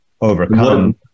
overcome